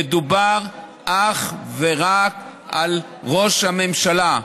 מדובר אך ורק על ראש הממשלה.